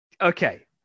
okay